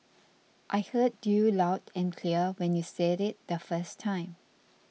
I heard you loud and clear when you said it the first time